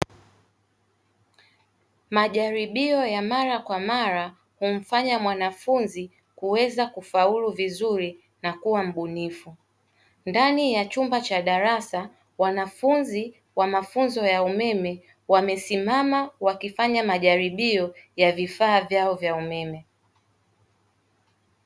Majaribio ya mara kwa mara humfanya mwanafunzi kuweza kufaulu vizuri na kuwa mbunifu. Ndani ya chumba cha darasa, wanafunzi wa mafunzo ya umeme wamesimama wakifanya majaribio ya vifaa vyao vya umeme.